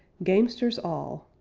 gamesters all